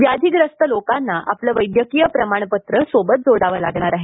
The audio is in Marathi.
व्याधीग्रस्त लोकांना आपलं वैद्यकीय प्रमाणपत्र सोबत जोडावं लागणार आहे